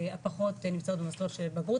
הפחות נמצאות במסלול של בגרות,